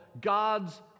God's